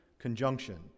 conjunction